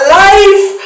life